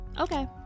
Okay